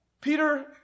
Peter